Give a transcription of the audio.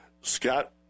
Scott